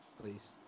Please